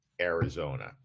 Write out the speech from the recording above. Arizona